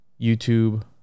youtube